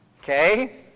Okay